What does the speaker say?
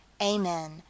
Amen